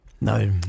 no